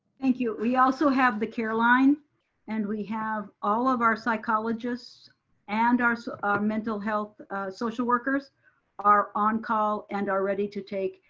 thank you. we also have the care line and we have all of our psychologists and our so our mental health social workers are on call and are ready to take.